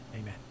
Amen